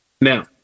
Now